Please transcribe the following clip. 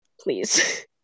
please